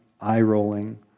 eye-rolling